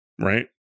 Right